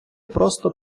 просто